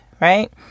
right